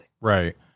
Right